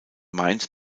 mainz